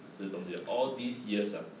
这东西 all these years ah